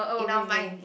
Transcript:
in our minds